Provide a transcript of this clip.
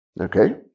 Okay